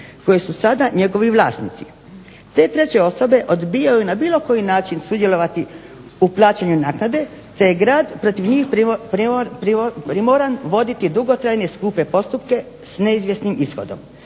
koji su sada njegovi vlasnici. Te treće osobe odbijaju na bilo koji način sudjelovati u plaćanju naknade, te je grad protiv njih primoran voditi dugotrajne i skupe postupke s neizvjesnim ishodom,